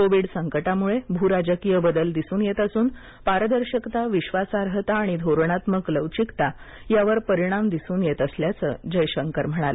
Covid संकटामुळे भूराजकीय बदल दिसून येत असून पारदर्शकताविश्वासार्हता आणि धोरणात्मक लवचिकता यावर परिणाम दिसून येत असल्याचं जयशंकर म्हणाले